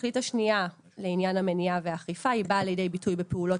התכלית השנייה לעניין המניעה והאכיפה היא באה לידי ביטוי בפעולות